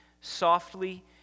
softly